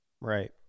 Right